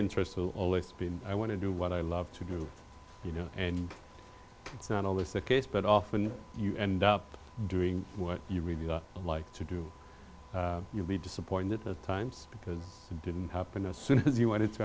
in i want to do what i love to do you know and it's not always the case but often you end up doing what you really like to do you'll be disappointed at times because it didn't happen as soon as you want it to